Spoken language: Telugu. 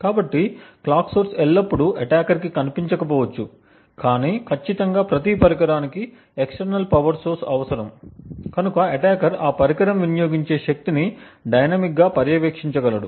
కాబట్టి క్లాక్ సోర్స్ ఎల్లప్పుడూ అటాకర్ కి కనిపించకపోవచ్చు కానీ ఖచ్చితంగా ప్రతి పరికరానికి ఎక్స్టెర్నల్ పవర్ సోర్స్ అవసరం కనుక అటాకర్ ఆ పరికరం వినియోగించే శక్తిని డైనమిక్ గా పర్యవేక్షించగలడు